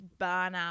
burnout